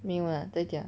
没有 ah 在家